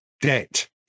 Debt